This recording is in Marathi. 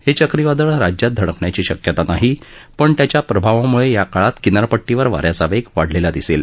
हे चक्रीवादळ राज्यात धडकण्याची शक्यता नाही पण त्याच्या प्रभावामुळे या काळात किनारपट्टीवर वाऱ्याचा वेग वाढलेला दिसेल